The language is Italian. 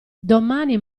domani